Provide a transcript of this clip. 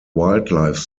wildlife